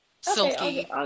silky